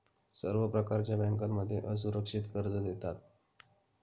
सर्व प्रकारच्या बँकांमध्ये असुरक्षित कर्ज देतात